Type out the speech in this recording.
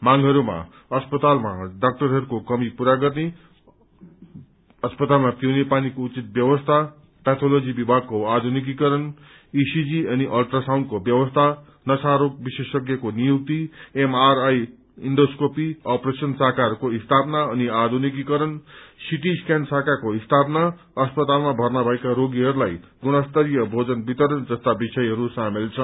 मांगहरूमा अस्पतालमा डाक्टरहरूको कमी पूरा गर्ने अस्पतालमा पीउने पानीको उचित ब्यवस्था पेथोलजी विभागको आधुनिकीकरण ईसीजी अनि अल्ट्रासाउण्डको ब्यवस्था नशा रोग विशेषज्ञको नियुक्ति एमआरआई इन्डोस्कोपी अपरेशन शाखाहरूको स्थापना अनि आधुनिकीकरण सीटी सक्यान शाखाको स्थापना अस्पतालमा भर्ना भएका रोगीहरूलाई गुणस्तरीय भोजन वितरण जस्ता विषयहरू शामेल छन्